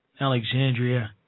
Alexandria